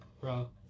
Bro